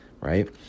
Right